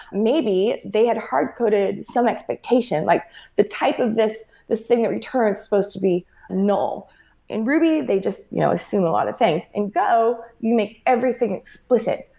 maybe they had hardcoded some expectation, like the type of this this thing that return is supposed to be null in ruby, they just you know assume a lot of things. in go, you make everything explicit.